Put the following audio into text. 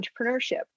entrepreneurship